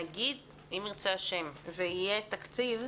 נגיד, אם ירצה ה', ויהיה תקציב,